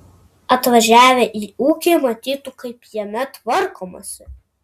atvažiavę į ūkį matytų kaip jame tvarkomasi